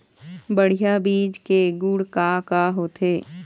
बढ़िया बीज के गुण का का होथे?